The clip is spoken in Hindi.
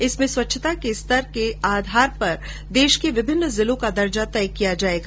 इसमें स्वच्छता के स्तर के आधार पर देश के विभिन्न जिलों का दर्जा तय किया जायेगा